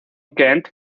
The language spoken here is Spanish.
kent